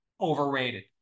overrated